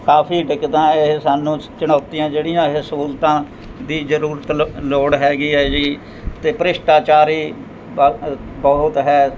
ਕਾਫੀ ਦਿੱਕਤਾਂ ਇਹ ਸਾਨੂੰ ਸ ਚੁਣੌਤੀਆਂ ਜਿਹੜੀਆਂ ਇਹ ਸਹੂਲਤਾਂ ਦੀ ਜ਼ਰੂਰਤ ਲ ਲੋੜ ਹੈਗੀ ਹੈ ਜੀ ਅਤੇ ਭ੍ਰਿਸ਼ਟਾਚਾਰੀ ਬਹੁ ਬਹੁਤ ਹੈ